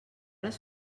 les